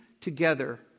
together